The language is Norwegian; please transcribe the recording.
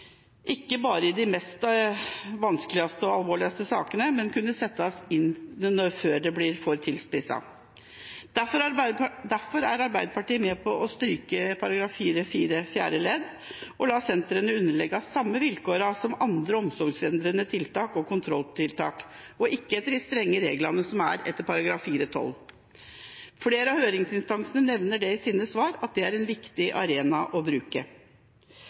ikke bare i de vanskeligste og mest alvorlige sakene, men at de settes inn før det blir for tilspisset. Derfor er Arbeiderpartiet med på å stryke § 4-4 fjerde ledd og på å la senterne underlegges samme vilkår som andre omsorgsendrende tiltak og kontrolltiltak, og ikke etter de strenge reglene i § 4-12. Flere høringsinstanser nevner i sine svar at det er en viktig arena å bruke.